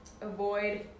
avoid